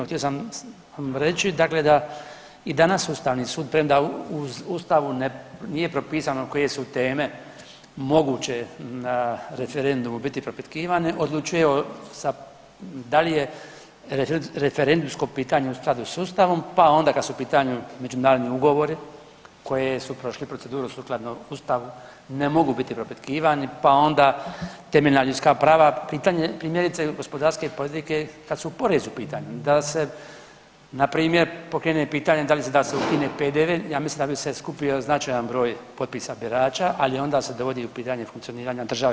Htio sam reći da i danas Ustavni sud, premda u Ustavu nije propisano koje su teme moguće referendumom biti propitkivane odlučuje da li je referendumsko pitanje u skladu s Ustavom pa onda kada su u pitanju međunarodni ugovori koji su prošli proceduru sukladno Ustavu ne mogu biti propitkivani pa onda temeljna ljudska prava, primjerice gospodarske politike kada su porezi u pitanju da se npr. pokrene pitanje da li da se ukine PDV, ja mislim da bi se skupio značajan broj potpisa birača, ali onda se dovodi u pitanje funkcioniranja države.